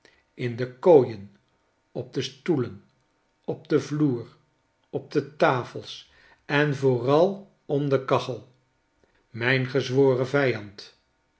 in de kooien op de stoelen op den vloer op de tafels en vooral om de kachel mijn gezworen vijand